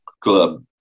club